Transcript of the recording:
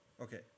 Okay